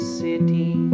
city